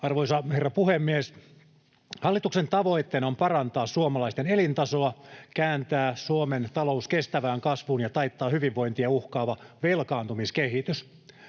Arvoisa herra puhemies! Hallituksen tavoitteena on parantaa suomalaisten elintasoa, kääntää Suomen talous kestävään kasvuun ja taittaa hyvinvointia uhkaava velkaantumiskehitys.